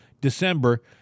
December